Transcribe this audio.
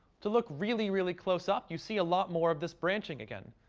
to look really, really close up, you see a lot more of this branching again.